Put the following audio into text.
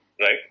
right